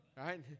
right